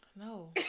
No